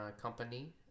Company